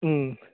ಹ್ಞೂ